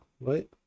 right